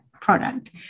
product